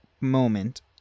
moment